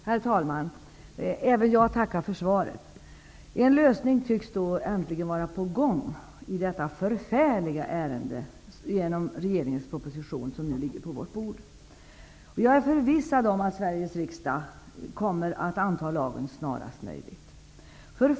Herr talman! Även jag tackar för svaret. En lösning tycks äntligen vara på gång i detta förfärliga ärende genom regeringens proposition, som nu ligger på riksdagens bord. Jag är förvissad om att Sveriges riksdag kommer att anta lagen snarast möjligt.